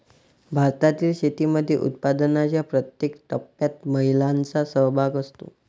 भारतातील शेतीमध्ये उत्पादनाच्या प्रत्येक टप्प्यात महिलांचा सहभाग असतो